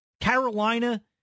Carolina